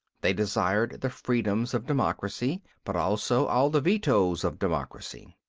they desired the freedoms of democracy, but also all the vetoes of democracy.